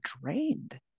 drained